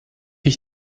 ich